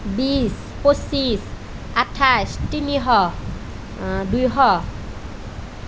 বিশ পঁচিছ আঠাইছ তিনিশ দুশ